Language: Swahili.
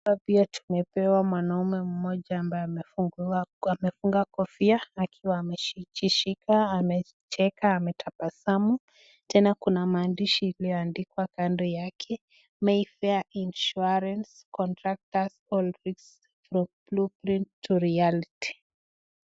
Hapa pia tumepewa mwanaume mmoja ambaye amefunga kofia akiwa amejishika, amecheka ametabasamu, tena kuna maandishi iliyoandikwa kando yake Mayfair insurance contractors, all risks. from Blueprint to reality .